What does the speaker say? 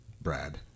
Brad